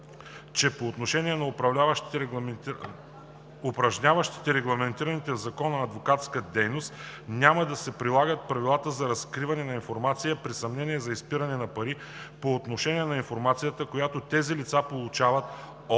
че по отношение на упражняващите регламентирана в Закона за адвокатурата дейност няма да се прилагат правилата за разкриване на информация при съмнение за изпиране на пари, по отношение на информацията, която тези лица получават от